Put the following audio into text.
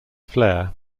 flare